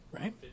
right